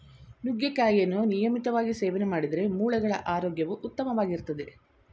ನುಗ್ಗೆಕಾಯಿಯನ್ನು ನಿಯಮಿತವಾಗಿ ಸೇವನೆ ಮಾಡಿದ್ರೆ ಮೂಳೆಗಳ ಆರೋಗ್ಯವು ಉತ್ತಮವಾಗಿರ್ತದೆ